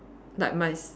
like my s~